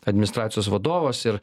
administracijos vadovas ir